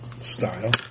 Style